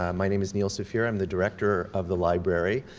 um my name is neil safier. i'm the director of the library.